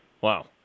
Wow